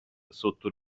sotto